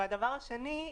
והדבר השני,